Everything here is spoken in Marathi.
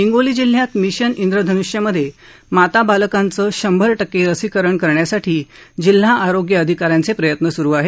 हिंगोली जिल्ह्यात मिशन विधनुष्यमधे माता बालकांचं शंभर क्के लसीकरण करण्यासाठी जिल्हा आरोग्य अधिका यांचे प्रयत्न सुरु आहेत